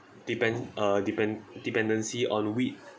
depend uh depend~ dependency on weed